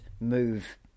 move